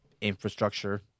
infrastructure